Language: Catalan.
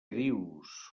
dius